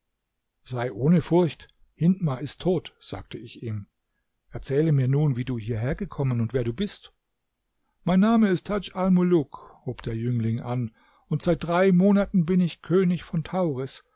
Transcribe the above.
sei ohne furcht hindmar ist tot sagte ich ihm erzähle mir nun wie du hierhergekommen und wer du bist mein name ist tadj almuluk hob der jüngling an und seit drei monaten bin ich könig von tauris